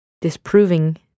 disproving